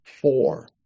four